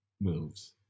moves